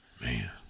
Man